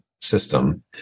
system